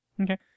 Okay